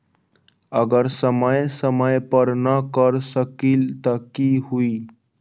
अगर समय समय पर न कर सकील त कि हुई?